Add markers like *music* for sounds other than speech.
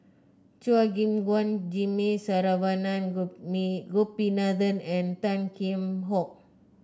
Chua Gim Guan Jimmy Saravanan *unintelligible* Gopinathan and Tan Kheam Hock